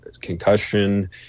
concussion